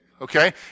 Okay